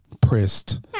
Pressed